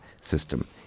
system